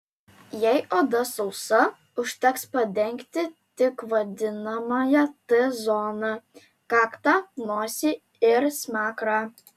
jei oda sausa užteks padengti tik vadinamąją t zoną kaktą nosį ir smakrą